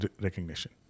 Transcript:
recognition